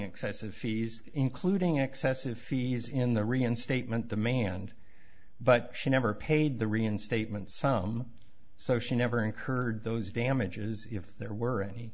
excessive fees including excessive fees in the reinstatement demand but she never paid the reinstatement some so she never incurred those damages if there were any